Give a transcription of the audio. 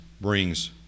Brings